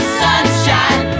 sunshine